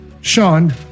Sean